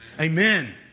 Amen